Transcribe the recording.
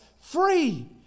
free